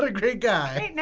but great guy.